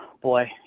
Boy